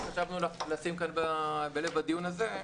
שחשבנו לשים כאן בלב הדיון הזה,